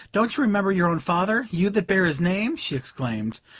don't you remember your own father, you that bear his name? she exclaimed.